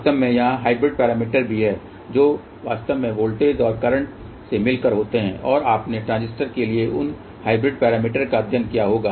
वास्तव में वहाँ हाइब्रिड पैरामीटर भी हैं जो वास्तव में वोल्टेज और करंट से मिलकर होते हैं और आपने ट्रांजिस्टर के लिए उन हाइब्रिड पैरामीटर का अध्ययन किया होगा